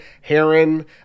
Heron